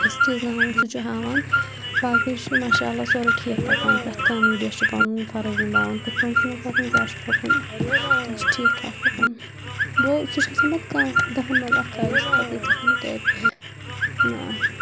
یُس چیٖز نہٕ ہاوُن سُہ چھُ ہاوان باقٕے چھُ ماشاء اللہ سورٕے ٹھیٖک پَکان پرٮ۪تھ کانٛہہ میٖڈیا چھُ پَنُن فرض نِباوان کٕتھ پٲٹھۍ چھُ تِمن پَکُن کیٛاہ چھُ پَِکُن تِم چھِ ٹھیٖک ٹھاک پَکان گوٚو سُہ چھُ آسان پتہٕ کانٛہہ دَہن منٛز اَکھا یُس پتہٕ ییٖژہ ہن کَرِ نہ